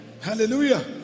Hallelujah